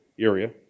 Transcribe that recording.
area